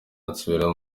nsubira